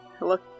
Look